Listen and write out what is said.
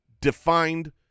defined